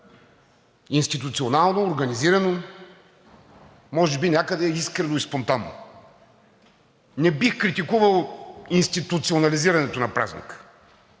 институционално, организирано, може би някъде искрено и спонтанно. Не бих критикувал институционализирането на празника.